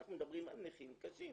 אנחנו מדברים על נכים קשים.